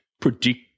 predict